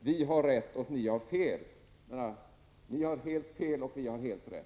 Vi har helt rätt, och ni har helt fel.